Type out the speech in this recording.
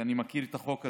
ואני מכיר את החוק הזה.